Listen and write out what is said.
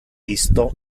isto